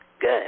Good